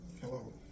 hello